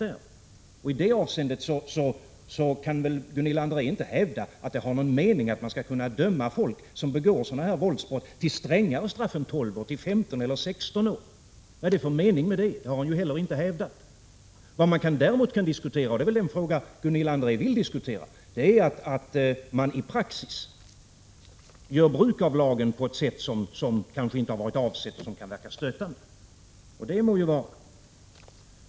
I det avseendet kan väl Gunilla André inte hävda att det är någon mening med att man skall kunna döma folk som begår sådana våldsbrott till strängare straff än 12 år — till 15 eller 16 år? Vad är det för mening? Hon har inte heller hävdat att det skulle vara så. Vad man däremot kan diskutera — och det är väl den fråga som Gunilla André egentligen vill diskutera — är att man i praxis gör bruk av lagen på ett sätt som kanske inte varit avsett och som kan verka stötande.